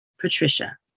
Patricia